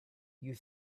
you